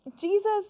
Jesus